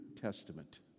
Testament